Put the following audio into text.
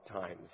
times